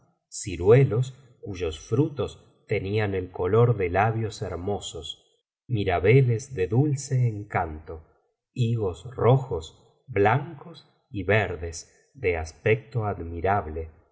ciruelos cuyos frutos tenían el color de labios hermosos mirabeles de dulce encanto higos rojos blancos y verdes de aspecto admirable